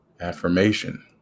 affirmation